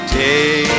day